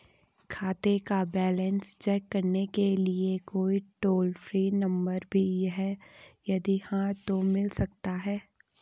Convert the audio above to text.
खाते का balance check करने के लिए कोई टॉल फ्री नम्बर भी है यदि हाँ तो मिल सकता है?